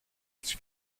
της